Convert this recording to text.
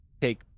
take